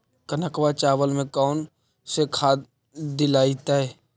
कनकवा चावल में कौन से खाद दिलाइतै?